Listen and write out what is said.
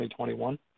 2021